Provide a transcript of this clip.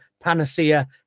panacea